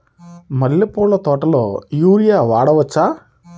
మల్లె పూల తోటలో యూరియా వాడవచ్చా?